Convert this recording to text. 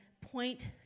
point